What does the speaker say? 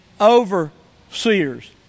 overseers